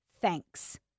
Thanks